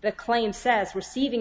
the claim says receiving